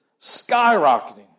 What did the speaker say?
skyrocketing